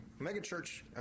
megachurch